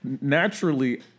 naturally